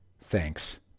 thanks